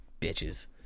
bitches